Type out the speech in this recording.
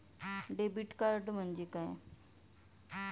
Debit card म्हणजे काय?